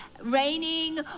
raining